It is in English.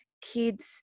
kids